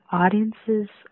audiences